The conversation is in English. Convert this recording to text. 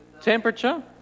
Temperature